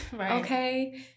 okay